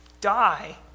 die